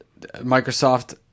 Microsoft